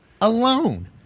alone